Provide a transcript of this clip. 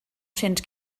cents